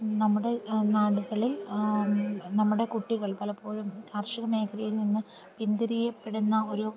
നമ്മുടെ നാടുകളിൽ നമ്മുടെ കുട്ടികൾ പലപ്പോഴും കാർഷിക മേഖലയിൽ നിന്ന് പിന്തിരിയപ്പെടുന്ന ഒരു